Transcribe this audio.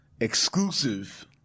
exclusive